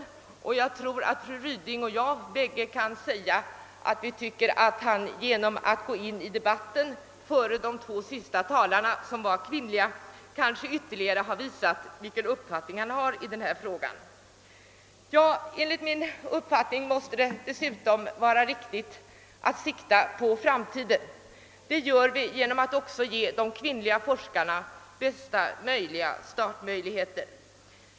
Kanske har både fru Ryding och jag den åsikten, att statsrådet genom att gå in i debatten före de två sista talarna, som är kvinnor, kan ha visat sin uppfattning i frågan. Enligt min mening måste det vara viktigt att sikta på framtiden, och det gör man genom att också ge de kvinnliga forskarna bästa möjliga startmöjligheter.